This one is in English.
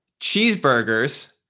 cheeseburgers